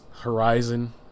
Horizon